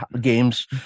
games